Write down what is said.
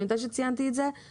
אני יודעת שציינתי את זה,